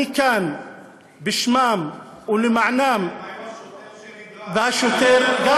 אני כאן בשמם ולמענם, מה עם השוטר שנדרס?